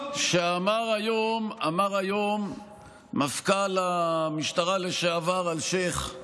שאמר היום מפכ"ל המשטרה לשעבר אלשיך,